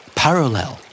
parallel